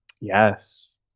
Yes